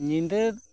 ᱧᱤᱫᱟᱹ